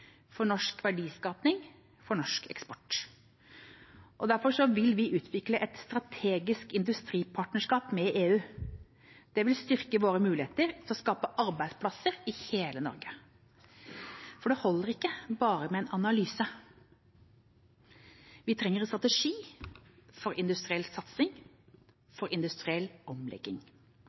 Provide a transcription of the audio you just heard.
for norsk verdiskaping og eksport. Derfor vil vi utvikle et strategisk industripartnerskap med EU. Det vil styrke våre muligheter til å skape arbeidsplasser i hele Norge. Det holder ikke bare med en analyse. Vi trenger en strategi for industriell satsing og omlegging.